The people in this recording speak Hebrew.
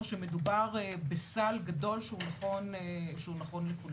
או שמדובר בסל גדול שהוא נכון לכולם.